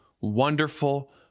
wonderful